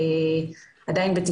ביפו.